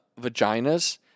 vaginas